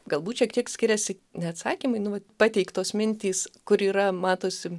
galbūt šiek tiek skiriasi ne atsakymai nu vat pateiktos mintys kur yra matosi